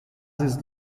his